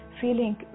feeling